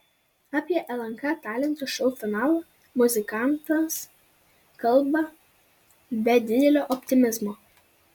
apie lnk talentų šou finalą muzikantas kalba be didelio optimizmo